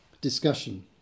discussion